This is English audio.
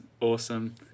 Awesome